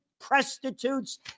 prostitutes